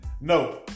No